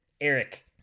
eric